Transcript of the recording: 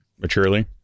maturely